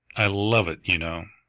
i love it, you know.